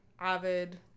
avid